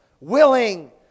willing